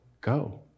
go